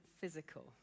physical